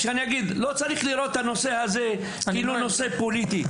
לא צריך לראות את הנושא הזה כנושא פוליטי.